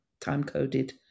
time-coded